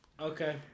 Okay